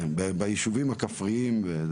כן, בישובים הכפריים.